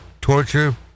torture